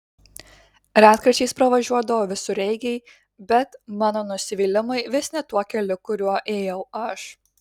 retkarčiais pravažiuodavo visureigiai bet mano nusivylimui vis ne tuo keliu kuriuo ėjau aš